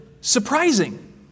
Surprising